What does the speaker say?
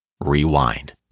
Rewind